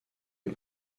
est